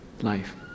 life